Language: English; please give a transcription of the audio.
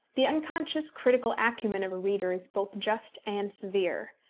the unconscious critical acumen of a reader is both just and severe.